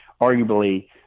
arguably